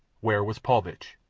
where was paulvitch?